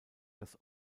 das